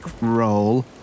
roll